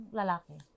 lalaki